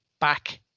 back